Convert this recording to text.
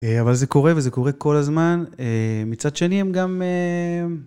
אבל זה קורה וזה קורה כל הזמן, מצד שני הם גם...